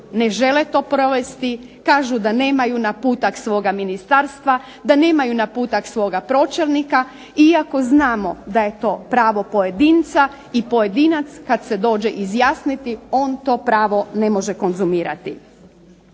ne žele to provesti, kažu da nemaju naputak svoga ministarstva, da nemaju naputak svoga pročelnika, iako znamo da je to pravo pojedinca i pojedinac kad se dođe izjasniti on to pravo ne može konzumirati.